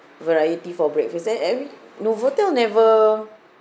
variety for breakfast and every novotel never